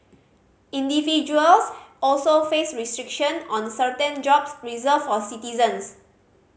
individuals also face restriction on certain jobs reserved for citizens